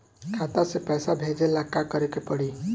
खाता से पैसा भेजे ला का करे के पड़ी?